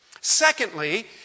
Secondly